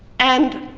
and